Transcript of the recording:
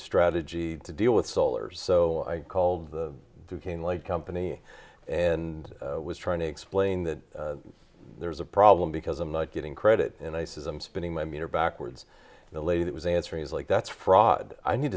strategy to deal with solar so i called the duquesne light company and was trying to explain that there's a problem because i'm not getting credit and i says i'm spinning my meter backwards the lady that was answering is like that's fraud i need